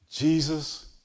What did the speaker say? Jesus